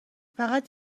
فقط